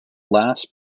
last